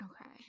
Okay